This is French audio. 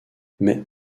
mais